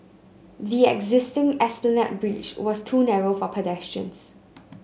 the existing Esplanade Bridge was too narrow for pedestrians